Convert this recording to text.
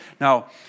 Now